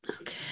Okay